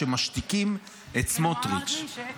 שמשתיקים את סמוטריץ'.